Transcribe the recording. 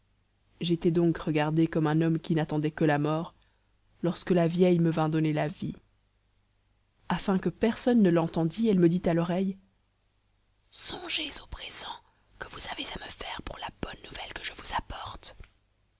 j'étais donc regardé comme un homme qui n'attendait que la mort lorsque la vieille me vint donner la vie afin que personne ne l'entendit elle me dit à l'oreille songez au présent que vous avez à me faire pour la bonne nouvelle que je vous apporte